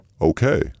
okay